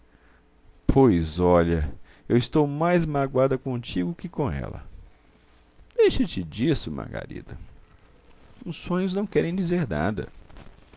pois olha eu estou mais magoada contigo que com ela deixa-te disso margarida os sonhos não querem dizer nada